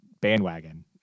bandwagon